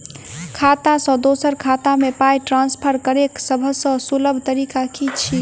खाता सँ दोसर खाता मे पाई ट्रान्सफर करैक सभसँ सुलभ तरीका की छी?